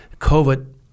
COVID